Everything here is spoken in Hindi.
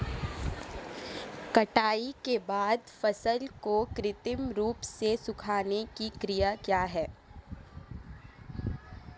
कटाई के बाद फसल को कृत्रिम रूप से सुखाने की क्रिया क्या है?